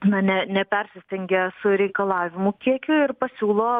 na ne nepersistengia su reikalavimų kiekiu ir pasiūlo